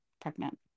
pregnant